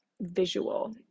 visual